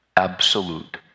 Absolute